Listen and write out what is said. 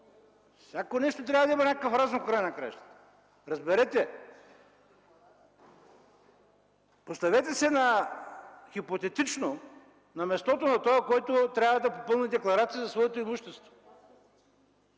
всяко нещо трябва да има някакъв разум в края на краищата! Разберете! Хипотетично се поставете на мястото на този, който трябва да попълни декларация за своето имущество.